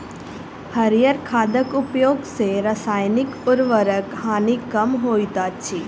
हरीयर खादक उपयोग सॅ रासायनिक उर्वरकक हानि कम होइत अछि